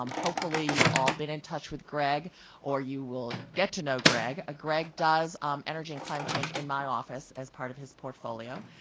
um hopefully you've all been in touch with greg or you will get to know greg. ah greg does um energy and climate change in my office as part of his portfolio.